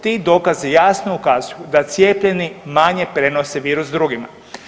Ti dokazi jasno ukazuju da cijepljeni manje prenose virus drugima.